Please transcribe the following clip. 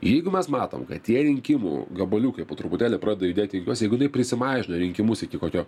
jeigu mes matom kad tie rinkimų gabaliukai po truputėlį pradeda judėti į juos jeigu jinai prisimažino rinkimus iki kokio